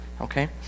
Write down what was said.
Okay